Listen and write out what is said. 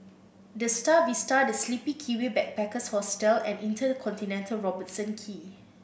The Star Vista The Sleepy Kiwi Backpackers Hostel and InterContinental Robertson Quay